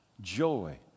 joy